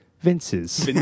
Vince's